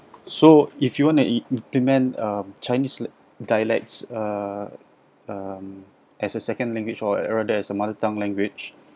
so if you want to im~ implement a chinese dialects uh um as a second language or uh rather as a mother tongue language